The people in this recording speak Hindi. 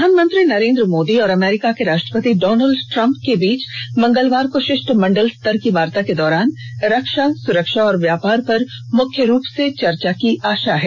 प्रधानमंत्री नरेंद्र मोदी और अमेरिका के राष्ट्रपति डॉनल्ड ट्रम्प के बीच मंगलवार को शिष्टमंडल स्तर की वार्ता के दौरान रक्षा सुरक्षा और व्यापार पर मुख्य रूप से चर्चा होने की आशा है